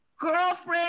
Girlfriend